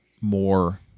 more